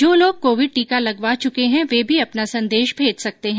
जो लोग कोविड टीका लगवा चुके हैं वे भी अपना संदेश भेज सकते हैं